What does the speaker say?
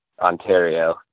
Ontario